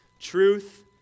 truth